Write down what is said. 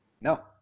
No